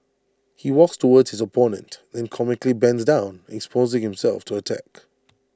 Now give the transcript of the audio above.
he walks towards his opponent then comically bends down exposing himself to attack